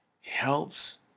helps